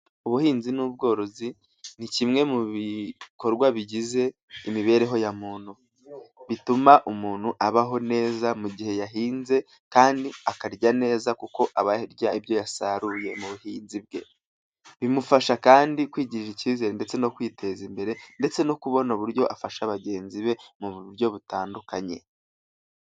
Ubuhinzi n'ubworozi ni kimwe mu bikorwa bigize imibereho ya muntu, bituma umuntu abaho neza mu gihe yahinze kandi akarya neza kuko aba arya ibyo yasaruye mu buhinzi bwe, bimufasha kandi kwigirira icyizere ndetse no kwiteza imbere ,ndetse no kubona uburyo afasha bagenzi be mu buryo butandukanye.